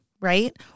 right